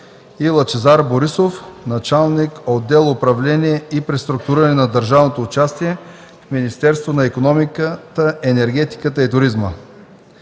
и Лъчезар Борисов – началник отдел „Управление и преструктуриране на държавното участие” в Министерството на икономиката, енергетиката и туризма.